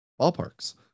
ballparks